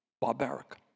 Barbaric